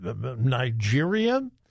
Nigeria